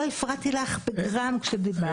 לא הפרעתי לך בגרם כשדיברת.